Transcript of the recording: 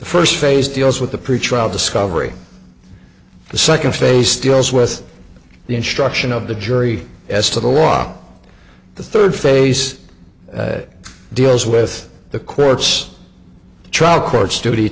first phase deals with the pretrial discovery the second phase deals with the instruction of the jury as to the law the third phase deals with the course trial courts